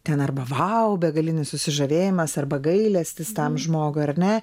ten arba vau begalinis susižavėjimas arba gailestis tam žmogui ar ne